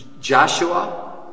Joshua